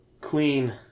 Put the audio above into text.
clean